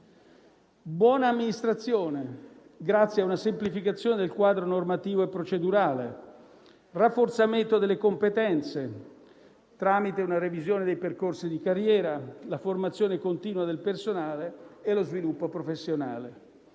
buona amministrazione, grazie a una semplificazione del quadro normativo e procedurale; rafforzamento delle competenze, tramite una revisione dei percorsi di carriera, la formazione continua del personale e lo sviluppo professionale;